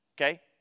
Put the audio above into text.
Okay